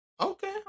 Okay